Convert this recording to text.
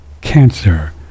cancer